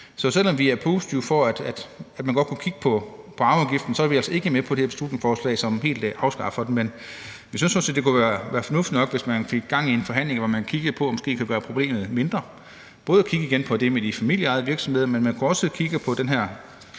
Så selv om vi er positive over for, at man godt kunne kigge på arveafgiften, er vi altså ikke med på det her beslutningsforslag, som helt afskaffer den, men vi synes sådan set, at det kunne være fornuftigt nok, hvis man fik gang i en forhandling, hvor man kiggede på, om man måske kunne gøre problemet mindre. Man kunne både kigge på det med de familieejede virksomheder, men man kunne også kigge på den her